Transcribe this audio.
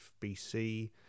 BC